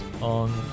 on